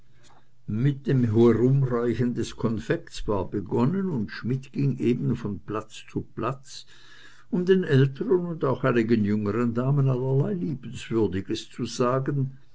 mit dem herumreichen des konfekts war begonnen und schmidt ging eben von platz zu platz um den älteren und auch einigen jüngeren damen allerlei liebenswürdiges zu sagen